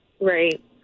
Right